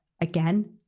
again